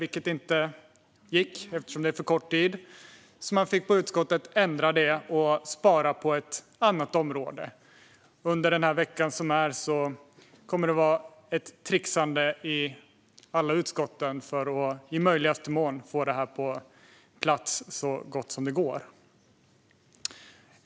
Det gick inte eftersom tiden är för kort, så i utskottet fick man ändra detta och spara på ett annat område. Under denna vecka kommer ett trixande att pågå i alla utskott för att i möjligaste mån få detta på plats så gott det går.